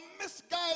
misguided